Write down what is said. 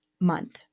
month